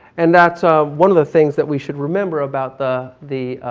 and that's ah one of the things that we should remember about the, the